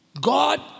God